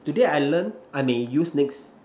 today I learn I may use next